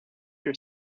your